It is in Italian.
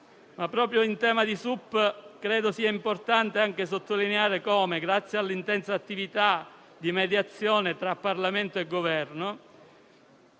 Proprio in tema di SUP credo sia importante anche sottolineare come, grazie all'intensa attività di mediazione tra Parlamento e Governo,